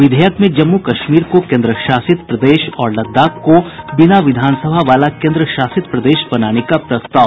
विधेयक में जम्मू कश्मीर को केन्द्रशासित प्रदेश और लद्दाख को बिना विधानसभा वाला केन्द्रशासित प्रदेश बनाने का प्रस्ताव